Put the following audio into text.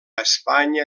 espanya